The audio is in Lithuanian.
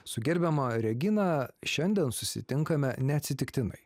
su gerbiama regina šiandien susitinkame neatsitiktinai